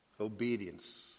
obedience